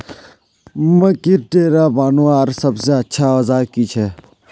मकईर डेरा बनवार सबसे अच्छा औजार की छे?